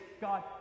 God